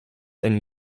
and